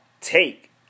take